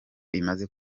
imaze